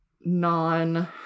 non